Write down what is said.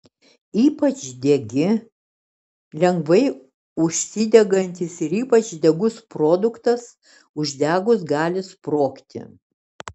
ypač degi lengvai užsidegantis ir ypač degus produktas uždegus gali sprogti